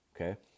okay